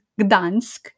Gdansk